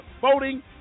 voting